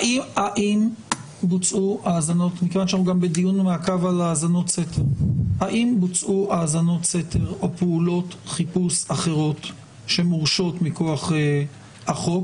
האם בוצעו האזנות סתר או פעולות חיפוש אחרות שמורשות מכוח החוק